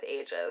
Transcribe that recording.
ages